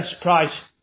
price